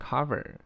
Cover